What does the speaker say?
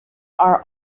are